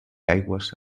aigües